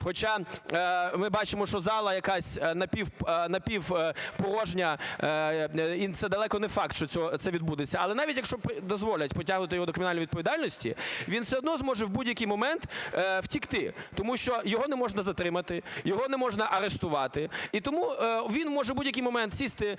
хоча ми бачимо, що зала якась напівпорожня, і це далеко не факт, що це відбудеться, але навіть, якщо дозволять притягнути його до кримінальної відповідальності, він все одно зможе в будь-який момент втекти, тому що його не можна затримати, його не можна арештувати. І тому він може в будь-який момент сісти на